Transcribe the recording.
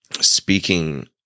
speaking